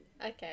Okay